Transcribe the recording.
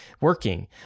working